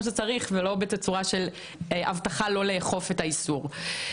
שצריך ולא בתצורה של הבטחה לא לאכוף את האיסור.